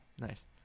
Nice